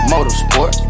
Motorsport